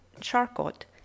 Charcot